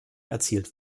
erzielt